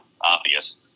obvious